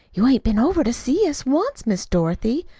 you hain't been over to see us once, miss dorothy,